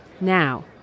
Now